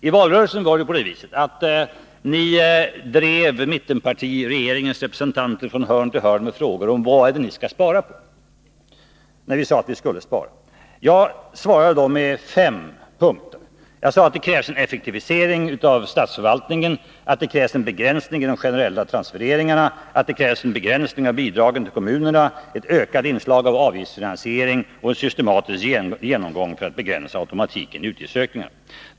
I valrörelsen drev ni mittenpartiregeringens representanter, när vi talade om att vi skulle spara, från hörn till hörn med frågor om vad vi skulle spara på. Jag svarade då i fem punkter. Jag sade att det krävs en effektivisering av statsförvaltningen, en begränsning i de generella transfereringarna, en begränsning av bidragen till kommunerna, ett ökat inslag av avgiftsfinansiering och en systematisk genomgång för att begränsa automatiken i utgiftsökningarna.